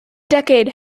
decade